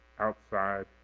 outside